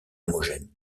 homogène